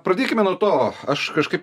pradėkime nuo to aš kažkaip